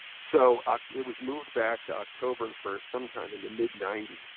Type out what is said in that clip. so it was moved back to october first sometime in the mid ninety s.